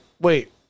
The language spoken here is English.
wait